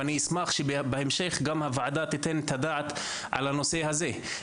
ואני אשמח שבהמשך הוועדה גם תיתן את הדעת על הנושא הזה.